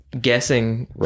guessing